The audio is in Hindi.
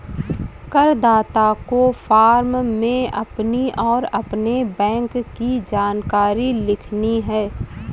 करदाता को फॉर्म में अपनी और अपने बैंक की जानकारी लिखनी है